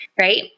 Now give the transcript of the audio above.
right